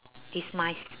demise